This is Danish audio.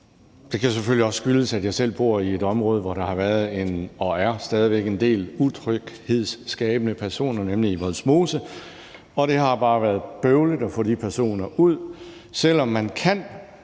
Det kan selvfølgelig også skyldes, at jeg selv bor i et område, hvor der har været og stadig væk er en del utryghedsskabende personer, nemlig i Vollsmose, og det har bare været bøvlet at få de personer ud, selv om man kan